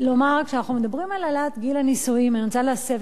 כשאנחנו מדברים על העלאת גיל הנישואים אני רוצה להסב